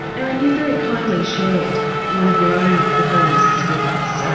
aaron you very kindly shared one of your own performances with us. and